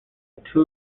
two